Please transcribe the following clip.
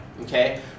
okay